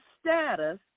status